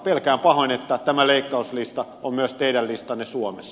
pelkään pahoin että tämä leikkauslista on myös teidän listanne suomessa